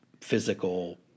physical